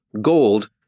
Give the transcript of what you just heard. gold